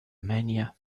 mania